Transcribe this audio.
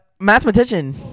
mathematician